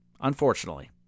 Unfortunately